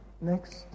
Next